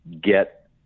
get